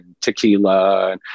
tequila